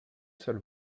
seule